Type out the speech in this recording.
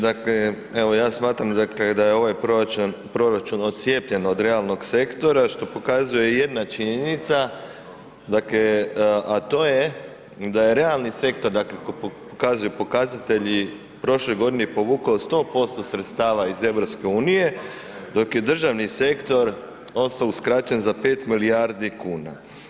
Dakle evo ja smatram dakle da je ovaj proračun odcijepljen od realnog sektora što pokazuje jedna činjenica a to je da je realni sektor kako pokazuju pokazatelji u prošloj godini povukao 100% sredstava iz EU-a, dok je državni sektor ostao uskraćen za 5 milijardi kuna.